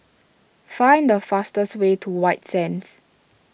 find the fastest way to White Sands